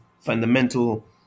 fundamental